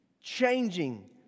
changing